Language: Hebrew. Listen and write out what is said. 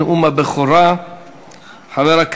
של נאום הבכורה שלך.